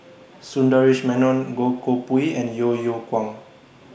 Sundaresh Menon Goh Koh Pui and Yeo Yeow Kwang